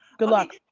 good luck.